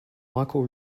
michael